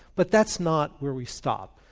but that's not where we stop.